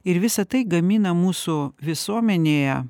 ir visa tai gamina mūsų visuomenėje